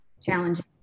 challenging